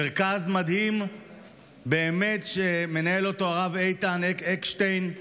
מרכז מדהים באמת, שמנהל אותו הרב איתן אקשטיין,